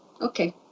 okay